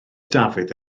dafydd